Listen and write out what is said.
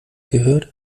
gehört